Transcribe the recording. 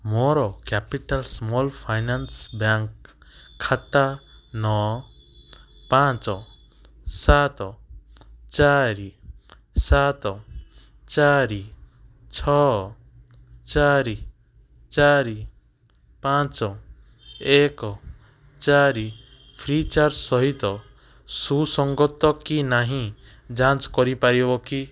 ମୋର Capital Small Finance Bank ଖାତା ନଅ ପାଞ୍ଚ ସାତ ଚାରି ସାତ ଚାରି ଛଅ ଚାରି ଚାରି ପାଞ୍ଚ ଏକ ଚାରି ଫ୍ରିଚାର୍ଜ୍ ସହିତ ସୁସଙ୍ଗତ କି ନାହିଁ ଯାଞ୍ଚ କରିପାରିବ କି